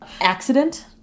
accident